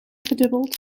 gedubbeld